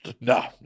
No